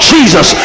Jesus